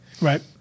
Right